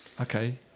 Okay